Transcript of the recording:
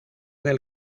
del